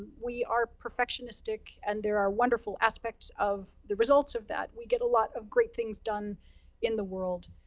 we are perfectionistic, and there are wonderful aspects of the results of that. we get a lot of great things done in the world.